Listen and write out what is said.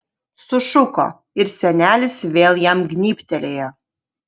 sušuko ir senelis vėl jam gnybtelėjo